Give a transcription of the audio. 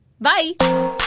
Bye